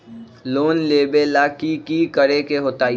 Loan लेबे ला की कि करे के होतई?